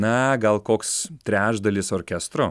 na gal koks trečdalis orkestro